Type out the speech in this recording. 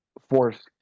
force